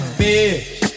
bitch